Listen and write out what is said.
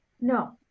No